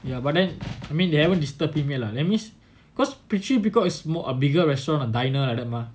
ya but then I mean they haven't disturb him yet lah that means cause pitchy because it's more a bigger restaurant a diner like that mah